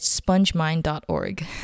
spongemind.org